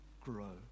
grow